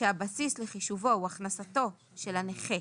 שהבסיס לחישובו הוא הכנסתו של הנכה,